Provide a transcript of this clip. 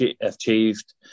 achieved